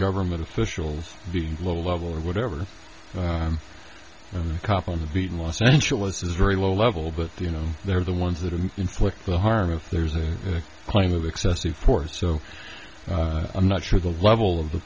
government officials the low level or whatever and the cop on the beat in los angeles is very low level but you know they're the ones that have inflict the harm if there's a claim of excessive force so i'm not sure the level of the